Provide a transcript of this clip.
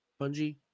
Bungie